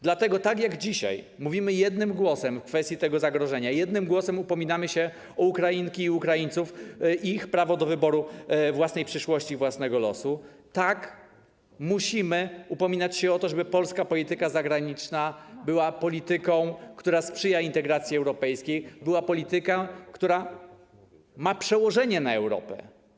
Dlatego tak jak dzisiaj mówimy jednym głosem w sprawie tego zagrożenia, jednym głosem upominamy się o Ukrainki, Ukraińców i ich prawo do wyboru własnej przyszłości, własnego losu, tak musimy upominać się o to, żeby polska polityka zagraniczna była polityką, która sprzyja integracji europejskiej, była polityką, która ma przełożenie na Europę.